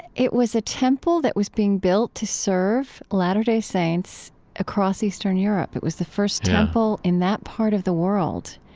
it was a temple that was being built to serve latter-day saints across eastern europe yeah it was the first temple in that part of the world.